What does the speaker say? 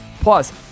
Plus